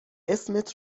اسمت